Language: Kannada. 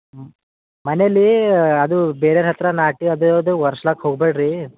ಹ್ಞೂ ಮನೇಲಿ ಅದು ಬೇರೆರ ಹತ್ತಿರ ನಾಟಿ ಅದೆದು ವರ್ಷ್ಲಾಕೆ ಹೋಗ್ಬೇಡ ರೀ